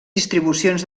distribucions